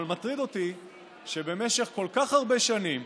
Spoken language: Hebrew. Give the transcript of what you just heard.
אבל מטריד אותי שבמשך כל כך הרבה שנים,